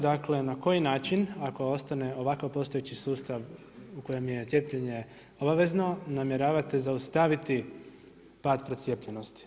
Dakle, na koji način ako ostane ovakav postojeći sustav u kojem je cijepljenje obavezno namjeravate zaustaviti pad procijepljenosti?